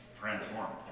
transformed